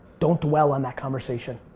don't dwell on that conversation.